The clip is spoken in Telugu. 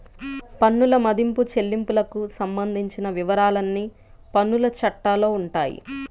పన్నుల మదింపు, చెల్లింపులకు సంబంధించిన వివరాలన్నీ పన్నుల చట్టాల్లో ఉంటాయి